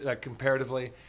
comparatively